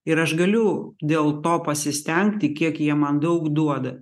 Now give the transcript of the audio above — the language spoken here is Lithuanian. ir aš galiu dėl to pasistengti kiek jie man daug duoda